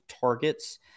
targets